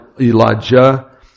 Elijah